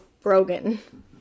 Brogan